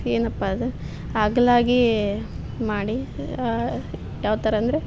ಏನಪ್ಪ ಅದು ಅಗ್ಲವಾಗಿ ಮಾಡಿ ಯಾವ ಥರ ಅಂದರೆ